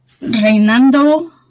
Reinando